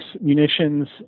munitions